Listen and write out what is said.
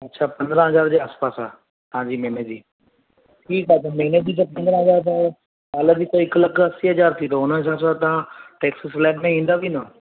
अच्छा पंदरहं हज़ार जे आसपासि आहे तव्हां जी मेमेरी ठीकु आहे त महिने जी पंदरहं हज़ार अथव सालजी त हिक लख असी हज़ार थींदो हुन हिसाब सां तव्हां टेक्स फ्लेग में ईंदा की ना